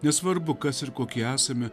nesvarbu kas ir kokie esame